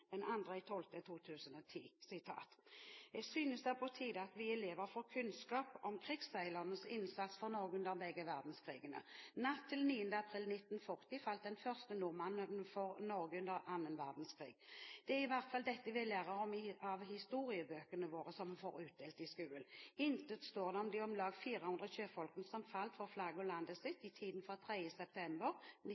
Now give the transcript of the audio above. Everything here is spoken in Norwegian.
2010: «Jeg synes det er på tide at vi elever får kunnskap om krigsseilernes innsats for Norge under begge verdenskrigene. Natt til 9. april 1940 falt den første nordmannen for Norge under annen verdenskrig. Det er i hvert fall dette vi lærer av historiebøkene våre vi får utdelt på skolen. Intet står det om de om lag 400 sjøfolkene som falt for flagget og landet sitt i tiden fra 3. september